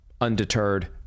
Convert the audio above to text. undeterred